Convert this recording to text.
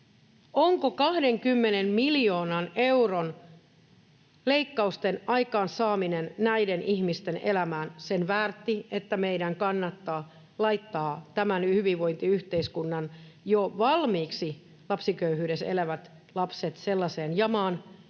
onko 20 miljoonan euron leikkausten aikaansaaminen näiden ihmisten elämään sen väärtti, että meidän kannattaa laittaa tämän hyvinvointiyhteiskunnan jo valmiiksi lapsiköyhyydessä elävät lapset sellaiseen jamaan,